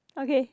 okay